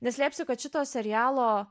neslėpsiu kad šito serialo